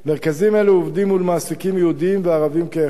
מרכזים אלו עובדים מול מעסיקים יהודים וערבים כאחד.